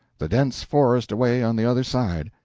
the dense forest away on the other side.